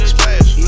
Splash